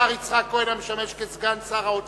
השר יצחק כהן, המשמש כסגן שר האוצר,